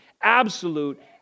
absolute